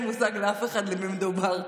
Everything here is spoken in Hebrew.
ולאף אחד אין מושג במי מדובר,